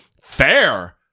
fair